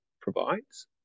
provides